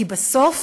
כי בסוף